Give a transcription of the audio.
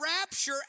rapture